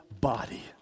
body